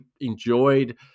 enjoyed